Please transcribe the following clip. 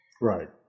Right